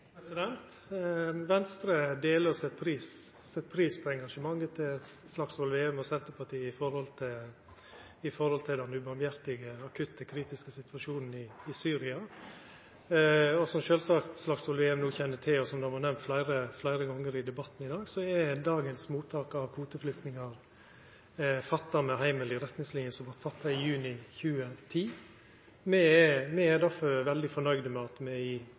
Venstre deler og set pris på engasjementet til Slagsvold Vedum og Senterpartiet når det gjeld den hjartelause, akutte og kritiske situasjonen i Syria. Som Slagsvold Vedum sjølvsagt kjenner til, og som det vart nemnt fleire gonger i debatten i dag, er dagens mottak av kvoteflyktningar fatta med heimel i retningslinjer frå juni 2010. Me er derfor godt fornøgde med at me i